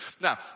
Now